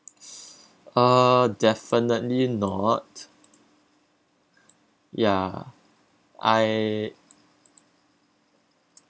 uh definitely not yeah I